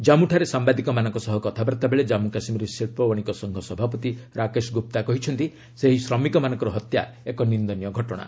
ଜାମ୍ମୁଠାରେ ସାମ୍ଭାଦିକମାନଙ୍କ ସହ କଥାବାର୍ତ୍ତା ବେଳେ ଜାମ୍ମୁ କାଶ୍ମୀର ଶିଳ୍ପ ବଣିକ ସଂଘ ସଭାପତି ରାକେଶ ଗୁପ୍ତା କହିଛନ୍ତି ସେହି ଶ୍ରମିକ ମାନଙ୍କର ହତ୍ୟା ଏକ ନିନ୍ଦନୀୟ ଘଟଣା